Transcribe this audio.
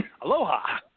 Aloha